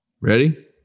Ready